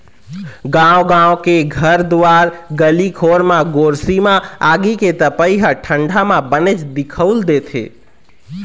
गाँव गाँव के घर दुवार गली खोर म गोरसी म आगी के तपई ह ठंडा म बनेच दिखउल देथे